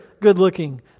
good-looking